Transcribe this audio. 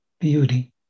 beauty